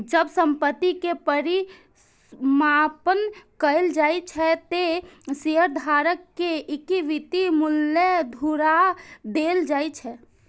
जब संपत्ति के परिसमापन कैल जाइ छै, ते शेयरधारक कें इक्विटी मूल्य घुरा देल जाइ छै